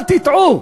אל תטעו.